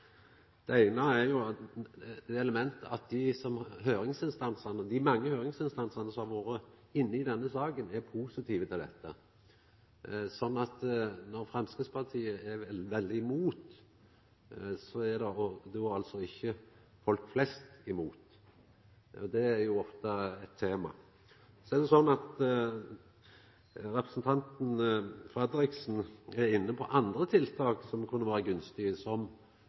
Det eine er det elementet at dei mange høringsinstansane som har vore inne i denne saka, er positive til dette. Så mens Framstegspartiet er veldig imot, er altså ikkje folk flest imot. Det er jo ofte eit tema. Representanten Fredriksen er inne på andre tiltak som kunne vera gunstige, som